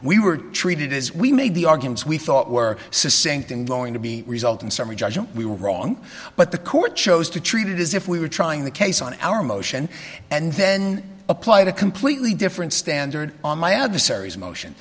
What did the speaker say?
we were treated as we made the arguments we thought were same thing going to be result in summary judgment we were wrong but the court chose to treat it as if we were trying the case on our motion and then applied a completely different standard on my adversaries motion